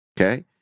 okay